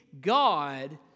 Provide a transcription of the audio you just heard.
God